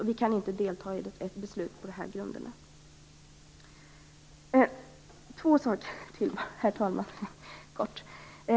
Vi kan alltså inte delta i ett beslut på de grunder som här föreligger. Sedan helt kort några ord om två saker till.